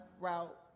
route